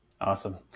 awesome